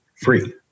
free